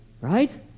right